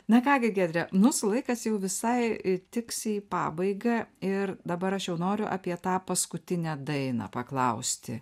na ką gi giedre mūsų laikas jau visai tiksi į pabaigą ir dabar aš jau noriu apie tą paskutinę dainą paklausti